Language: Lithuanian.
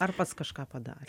ar pats kažką padarė